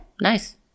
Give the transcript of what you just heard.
nice